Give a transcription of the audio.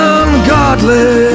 ungodly